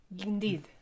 Indeed